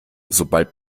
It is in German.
sobald